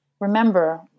remember